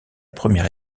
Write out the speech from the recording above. première